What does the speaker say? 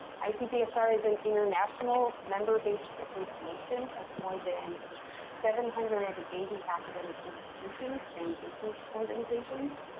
icpsr is an international member-based association of more than seven hundred and eighty academic institutions and research organizations.